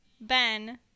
ben